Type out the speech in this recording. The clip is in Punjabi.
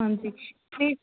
ਹਾਂਜੀ ਅਤੇ